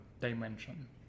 dimension